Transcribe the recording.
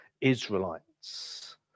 Israelites